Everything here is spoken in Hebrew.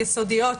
יסודיות,